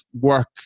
work